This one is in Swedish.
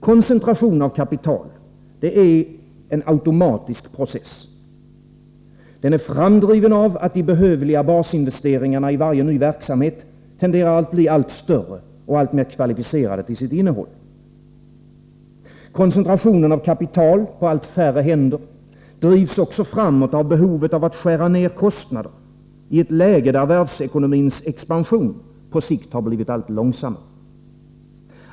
Koncentration av kapital är en automatisk process, framdriven av att de behövliga basinvesteringarna i varje ny verksamhet tenderar att bli allt större och alltmer kvalificerade till sitt innehåll. Koncentrationen av kapital på allt färre händer drivs också framåt av behovet av att skära ned kostnader i ett läge där världsekonomins expansion på sikt har blivit allt långsammare.